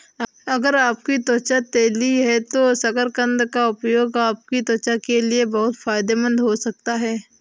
अगर आपकी त्वचा तैलीय है तो शकरकंद का उपयोग आपकी त्वचा के लिए बहुत फायदेमंद हो सकता है